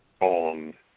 on